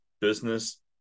business